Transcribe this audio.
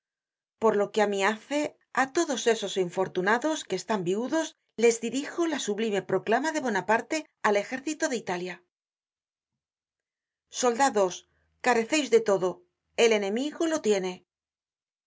por lo que á mi hace á todos esos infortúnados que están viudos les dirijo la sublime proclama de bonaparte al ejército de italia soldados careceis de todo el enemigo lo tiene